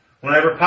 Whenever